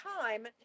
time